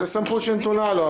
זו הסמכות שנתונה לו,